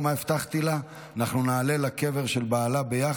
אם הנושא חשוב להן, אין סיבה שלא כולנו נצביע.